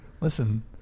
listen